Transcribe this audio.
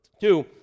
two